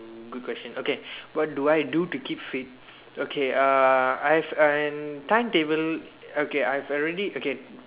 good question okay what do I do to keep fit okay uh I have an timetable okay I've already okay